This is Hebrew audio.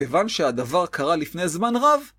כיוון שהדבר קרה לפני זמן רב, ...